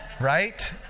Right